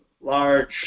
large